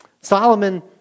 Solomon